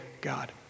God